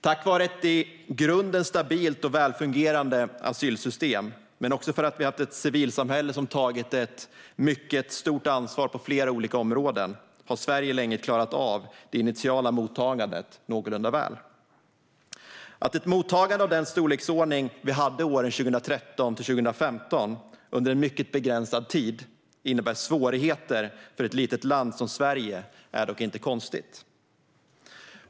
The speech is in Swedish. Tack vare ett i grunden stabilt och välfungerande asylsystem, men också för att vi har haft ett civilsamhälle som har tagit ett mycket stort ansvar på flera olika områden, har Sverige länge klarat av det initiala mottagandet någorlunda väl. Att ett mottagande av den storleksordning vi hade åren 2013-2015, under en mycket begränsad tid, innebär svårigheter för ett litet land som Sverige är dock inte konstigt.